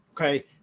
Okay